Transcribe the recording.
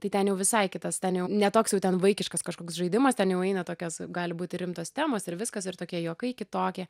tai ten jau visai kitas ten jau ne toks jau ten vaikiškas kažkoks žaidimas ten jau eina tokios gali būti rimtos temos ir viskas ir tokie juokai kitokie